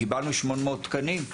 קיבלנו 800 תקנים.